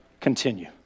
continue